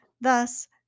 Thus